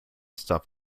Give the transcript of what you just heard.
stuff